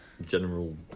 General